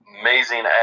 amazing